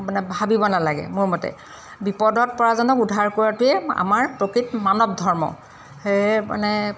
মানে ভাবিব নালাগে মোৰ মতে বিপদত পৰাজনক উদ্ধাৰ কৰাটোৱেই আমাৰ প্ৰকৃত মানৱ ধৰ্ম সেয়েহে মানে